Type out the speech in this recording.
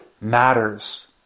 matters